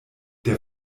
der